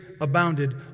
abounded